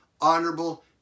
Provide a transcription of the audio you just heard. honorable